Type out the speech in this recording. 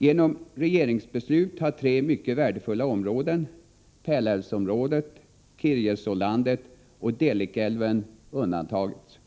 Genom regeringsbeslut har tre mycket värdefulla områden — Pärlälvsområdet, Kirjesålandet och Dellikälven — undantagits.